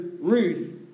Ruth